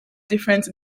different